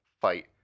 fight